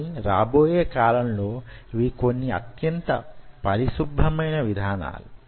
కాని రాబోయే కాలంలో ఇవి కొన్ని అత్యంత పరిశుభ్రమైన విధానాలు